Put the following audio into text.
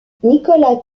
nicolas